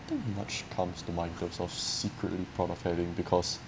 nothing much comes to mind in terms of secretly proud of having because